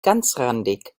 ganzrandig